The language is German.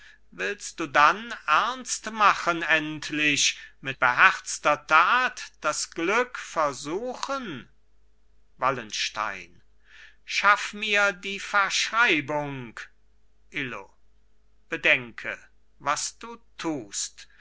willst du dann ernst machen endlich mit beherzter tat das glück versuchen wallenstein schaff mir die verschreibung illo bedenke was du tust